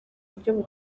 buryo